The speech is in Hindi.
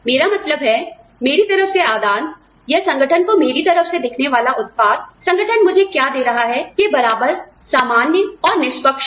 मेरा मतलब है मेरी तरफ से आदान या संगठन को मेरी तरफ से दिखने वाला उत्पाद संगठन मुझे क्या दे रहा है के बराबर सामान्य निष्पक्ष है